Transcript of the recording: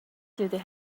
through